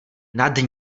nad